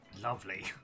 Lovely